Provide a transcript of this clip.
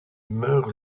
meurt